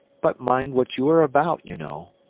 but mind what you are about, you know.